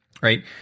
right